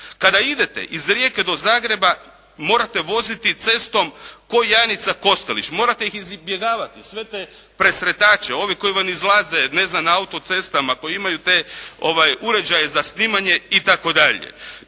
Kada idete iz Rijeke do Zagreba, morate voziti cestom ko' Janica Kostelić, morate izbjegavati sve te presretače, ovi koji vam izlaze ne znam na autocestama koji imaju te uređaje za snimanje itd.